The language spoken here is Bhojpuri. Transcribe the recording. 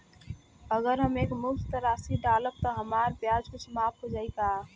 अगर हम एक मुस्त राशी डालब त हमार ब्याज कुछ माफ हो जायी का?